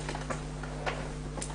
הישיבה ננעלה בשעה 12:00.